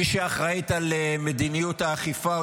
מי שאחראית על מדיניות האכיפה,